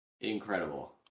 incredible